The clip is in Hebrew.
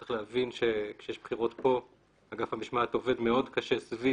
צריך להבין שכשיש בחירות לכנסת אגף המשמעת עובד קשה מאוד סביב